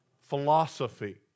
philosophy